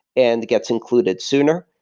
and gets included sooner.